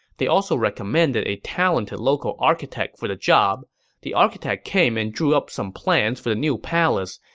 they also recommended a talented local architect for the job. the architect came and drew up some plans for the new palace,